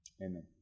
Amen